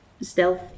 Stealth